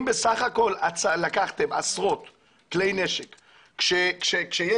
אם בסך הכל לקחתם עשרות כלי נשק שכשיש